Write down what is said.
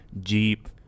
Jeep